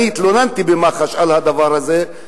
אני התלוננתי במח"ש על הדבר הזה.